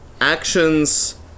actions